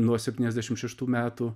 nuo septyniasdešim šeštų metų